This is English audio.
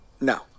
No